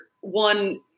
one